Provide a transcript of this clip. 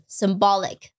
symbolic